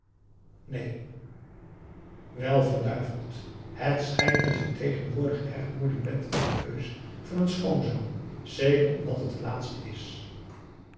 neen wel verduiveld het schijnt dat je tegenwoordig erg moeilijk bent in de keus van een schoonzoon zeker om dat het de laatste is